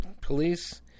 police